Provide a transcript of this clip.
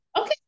Okay